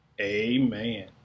Amen